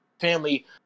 Family